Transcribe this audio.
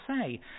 say